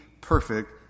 perfect